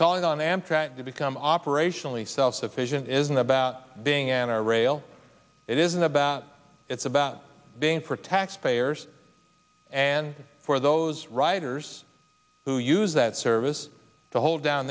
calling on amtrak to become operationally self sufficient isn't about being an r rail it isn't about it's about being for taxpayers and for those riders who use that service to hold down